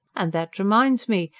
and that reminds me.